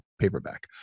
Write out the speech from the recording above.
paperback